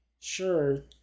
sure